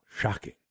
Shocking